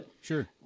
Sure